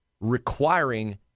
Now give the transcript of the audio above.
Requiring